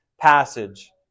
passage